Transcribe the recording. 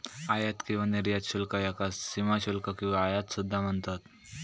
आयात किंवा निर्यात शुल्क याका सीमाशुल्क किंवा आयात सुद्धा म्हणतत